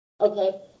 okay